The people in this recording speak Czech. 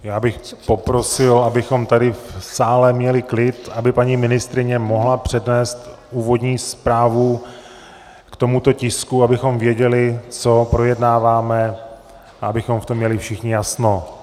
Já bych poprosil, abychom tady v sále měli klid, aby paní ministryně mohla přednést úvodní zprávu k tomuto tisku, abychom věděli, co projednáváme, abychom v tom měli všichni jasno.